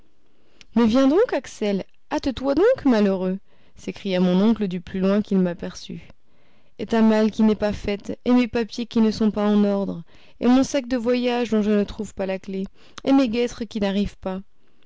mais viens donc axel hâte-toi donc malheureux s'écria mon oncle du plus loin qu'il m'aperçut et ta malle qui n'est pas faite et mes papiers qui ne sont pas en ordre et mon sac de voyage dont je ne trouve pas la clef et mes guêtres qui n'arrivent pas